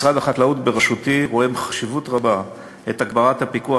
משרד החקלאות בראשותי רואה חשיבות רבה בהגברת הפיקוח